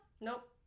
Nope